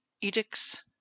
edicts